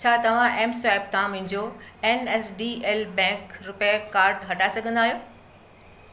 छा तव्हां M swipe तां मुंहिंजो N S D L bank RuPay card हटाए सघंदा आहियो